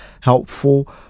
helpful